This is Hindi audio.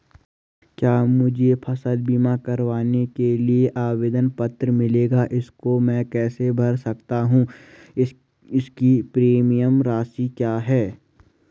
क्या मुझे फसल बीमा करवाने के लिए आवेदन पत्र मिलेगा इसको मैं कैसे भर सकता हूँ इसकी प्रीमियम राशि क्या है?